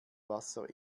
wasser